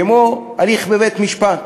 כמו הליך בבית-משפט.